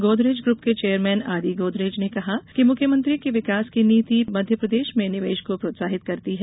Godrej group के chairman Adi Godrej ने कहा कि मुख्यमंत्री की विकास की नीति मध्यप्रदेश में निवेश को प्रोत्साहित करती है